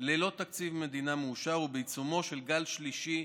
ללא תקציב מדינה מאושר ובעיצומו של גל שלישי,